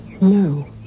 No